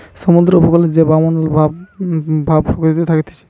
সমুদ্র উপকূলে যে সব বায়ুমণ্ডল ভাব প্রকৃতিতে থাকতিছে